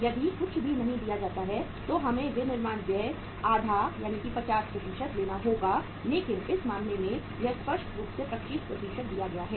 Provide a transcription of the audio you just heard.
यदि कुछ भी नहीं दिया जाता है तो हमें विनिर्माण व्यय आधा 50 लेना होगा लेकिन इस मामले में यह स्पष्ट रूप से 25 दिया गया है